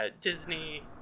Disney